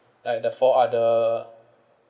like the four other